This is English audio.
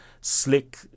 slick